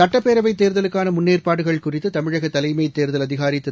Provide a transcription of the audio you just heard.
சுட்டப்பேரவைதேர்தலுக்கானமுன்னேற்பாடுகள் குறித்துதமிழகதலைமைத் தேர்தல் அதிகாரிதிரு